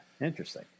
Interesting